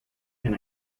can